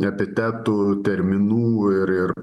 epitetų terminų ir ir